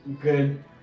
Good